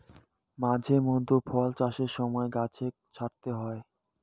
মাঝে মধ্যে ফল চাষের সময় গছকে ছাঁটতে হই